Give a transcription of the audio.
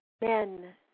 men